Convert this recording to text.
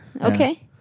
Okay